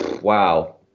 wow